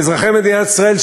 ואזרחי מדינת ישראל,